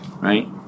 right